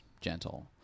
gentle